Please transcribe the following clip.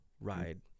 ride